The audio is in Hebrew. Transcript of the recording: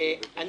כן.